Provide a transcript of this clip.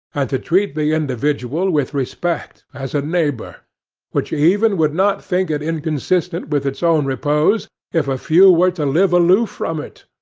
and to treat the individual with respect as a neighbor which even would not think it inconsistent with its own repose if a few were to live aloof from it,